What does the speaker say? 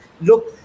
look